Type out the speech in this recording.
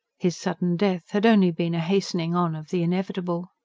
his sudden death had only been a hastening-on of the inevitable.